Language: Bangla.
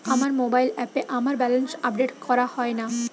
আমার মোবাইল অ্যাপে আমার ব্যালেন্স আপডেট করা হয় না